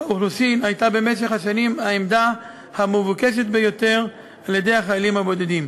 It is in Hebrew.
האוכלוסין הייתה במשך השנים העמדה המבוקשת ביותר אצל החיילים הבודדים.